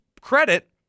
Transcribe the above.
credit